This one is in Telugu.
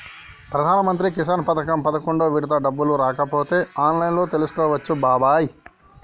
ప్రధానమంత్రి కిసాన్ పథకం పదకొండు విడత డబ్బులు రాకపోతే ఆన్లైన్లో తెలుసుకోవచ్చు బాబాయి